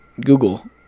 Google